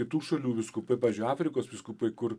kitų šalių vyskupai pavyzdžiui afrikos vyskupai kur